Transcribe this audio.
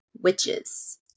witches